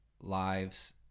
lives